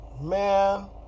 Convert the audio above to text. Man